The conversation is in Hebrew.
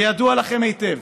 וידוע לכם היטב